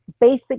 basic